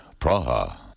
Praha